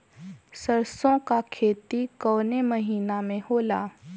सरसों का खेती कवने महीना में होला?